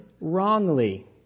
wrongly